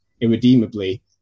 irredeemably